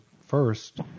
first